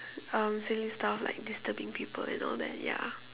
um silly stuff like disturbing people and all that ya